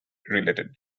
related